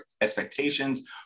expectations